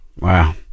Wow